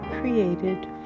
created